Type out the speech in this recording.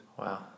Wow